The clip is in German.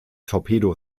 torpedo